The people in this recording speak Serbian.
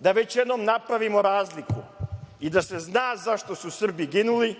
da već jednom napravimo razliku i da se zna za šta su Srbi ginuli